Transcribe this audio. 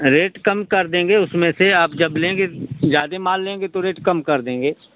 rate कम कर देंगे उसमें से आप जब लेंगे ज्यादे माल लेंगे तो रेट कम कर देंगे